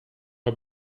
her